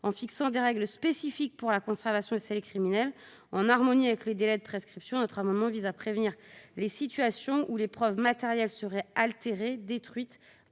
à fixer des règles spécifiques pour la conservation des scellés criminels en harmonie avec les délais de prescription, notre amendement tend à prévenir les situations où les preuves matérielles seraient altérées ou détruites